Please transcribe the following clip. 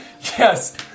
Yes